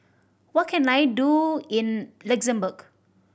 what can I do in Luxembourg